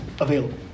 available